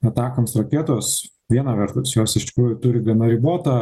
atakams raketos viena vertus jos iš tikrųjų turi gana ribotą